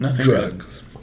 Drugs